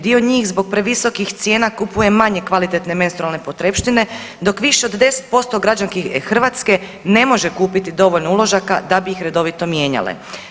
Dio njih zbog previsokih cijena kupuje manje kvalitetne menstrualne potrepštine, dok više od 10% građanki Hrvatske ne može kupiti dovoljno uložaka da bi ih redovito mijenjale.